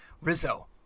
Rizzo